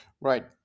Right